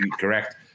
correct